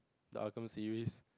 the series